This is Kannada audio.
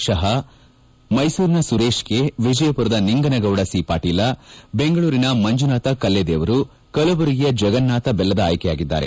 ಷಹಾ ಮೈಸೂರಿನ ಸುರೇತ್ ಕೆ ವಿಜಯಪುರದ ನಿಂಗನಗೌಡ ಸಿ ಪಾಟೀಲ ಬೆಂಗಳೂರಿನ ಮಂಜುನಾಥ ಕಲ್ಲೆದೇವರು ಕಲಬುರಗಿಯ ಜಗನ್ನಾಥ ಬೆಲ್ಲದ ಆಯ್ಕೆಯಾಗಿದ್ದಾರೆ